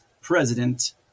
President